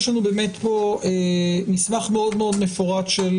יש לנו באמת פה מסמך מאוד-מאוד מפורט של